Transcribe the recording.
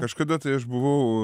kažkada tai aš buvau